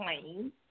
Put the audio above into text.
plain